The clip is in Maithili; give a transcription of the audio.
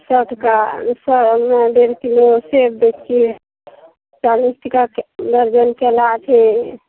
सए टका सए मे डेढ़ किलो सेब दै छियै चालीस टकाके दर्जन केला छै